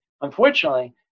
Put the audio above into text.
Unfortunately